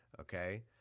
Okay